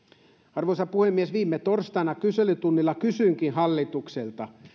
arvoisa puhemies viime torstaina kyselytunnilla kysyinkin hallitukselta